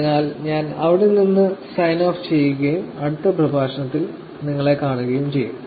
അതിനാൽ ഞാൻ ഇവിടെ നിന്ന് സൈൻ ഓഫ് ചെയ്യുകയും അടുത്ത പ്രഭാഷണത്തിൽ നിങ്ങളെ കാണുകയും ചെയ്യും